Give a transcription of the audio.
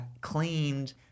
claimed